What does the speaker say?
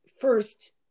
first